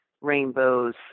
rainbows